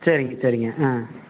சரிங்க சரிங்க ஆ